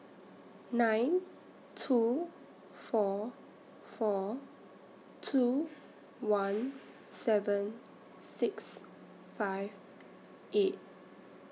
nine two four four two one seven six five eight